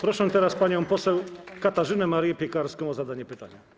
Proszę teraz panią poseł Katarzynę Marię Piekarską o zadanie pytania.